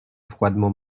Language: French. froidement